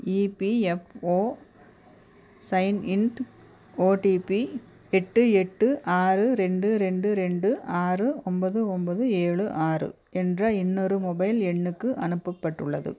EPFO sign in OTP எட்டு எட்டு ஆறு ரெண்டு ரெண்டு ரெண்டு ஆறு ஒன்பது ஒன்பது ஏழு ஆறு என்ற இன்னொரு மொபைல் எண்ணுக்கு அனுப்பப்பட்டுள்ளது